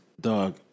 dog